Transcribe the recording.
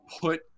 put